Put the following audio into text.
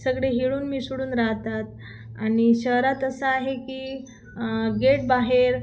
सगळे मिळून मिसळून राहतात आणि शहरात असं आहे की गेट बाहेर